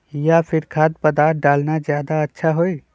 या फिर खाद्य पदार्थ डालना ज्यादा अच्छा होई?